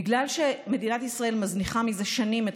בגלל שמדינת ישראל מזניחה מזה שנים את